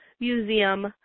museum